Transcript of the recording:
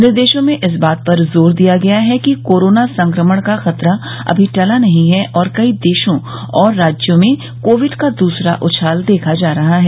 निर्देशों में इस बात पर जोर दिया गया है कि कोरोना संक्रमण का खतरा अभी टला नहीं है और कई देशों ओर राज्यों में कोविड का दूसरा उछाल देखा जा रहा है